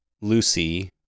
Lucy